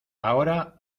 ahora